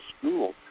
school